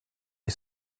est